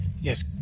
Yes